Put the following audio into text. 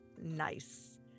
Nice